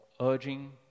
urging